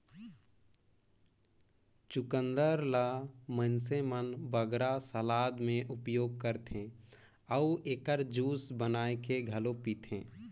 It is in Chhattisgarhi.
चुकंदर ल मइनसे मन बगरा सलाद में उपयोग करथे अउ एकर जूस बनाए के घलो पीथें